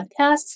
Podcasts